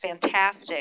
fantastic